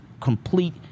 complete